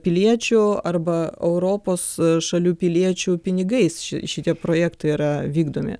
piliečių arba europos šalių piliečių pinigais ši šitie projektai yra vykdomi